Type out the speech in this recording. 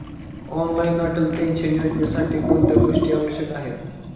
Online Atal pension योजनेसाठी कोणत्या गोष्टी आवश्यक आहेत?